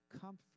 comfort